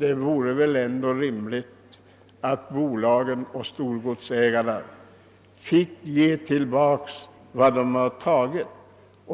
Det vore väl ändå rimligt att bolagen och storgods ägarna finge ge tillbaka vad de har tagit.